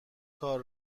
کار